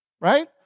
right